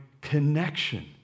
connection